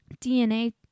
DNA